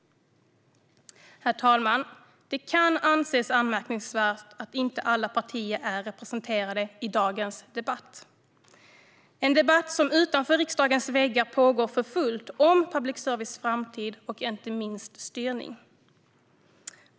Herr talman! Det kan anses anmärkningsvärt att inte alla partier är representerade i dagens debatt, en debatt som utanför riksdagens väggar pågår för fullt om public services framtid och inte minst styrning.